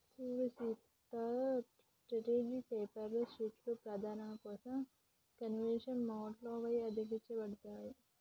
సూడు Sita printed paper షీట్లు ప్రదర్శన కోసం కాన్వాస్ మౌంట్ల పై అతికించబడతాయి